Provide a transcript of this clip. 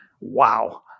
Wow